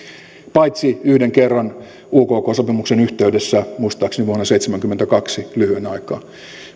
paitsi yhden kerran ukk sopimuksen yhteydessä muistaakseni vuonna seitsemänkymmentäkaksi lyhyen aikaa